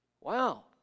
Wow